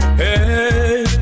hey